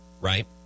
right